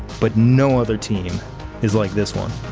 but no other team is like this one.